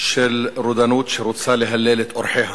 של רודנות שרוצה להלל את אורחיה.